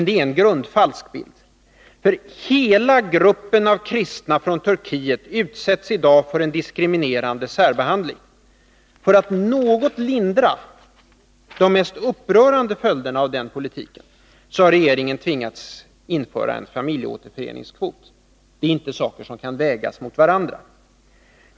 Det är en grundfalsk bild: hela gruppen av kristna från Turkiet utsätts i dag för en diskriminerande särbehandling. För att något lindra de mest upprörande följderna av den politiken har regeringen tvingats att införa en familjeåterföreningskvot. Men det är inte saker som kan vägas mot varandra.